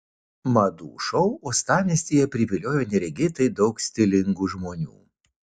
madų šou uostamiestyje priviliojo neregėtai daug stilingų žmonių